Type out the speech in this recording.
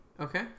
Okay